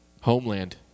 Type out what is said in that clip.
Homeland